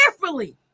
carefully